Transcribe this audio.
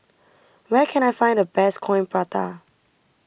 where can I find the best Coin Prata